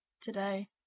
today